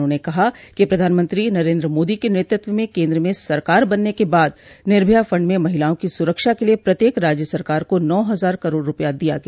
उन्होंने कहा कि प्रधानमंत्री नरेन्द्र मोदी के नेतृत्व में केन्द्र में सरकार बनने के बाद निर्भया फंड में महिलाओं की सुरक्षा के लिये प्रत्येक राज्य सरकार को नौ हजार करोड़ रूपया दिया गया